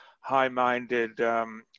high-minded